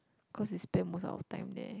cause you spend most of our time there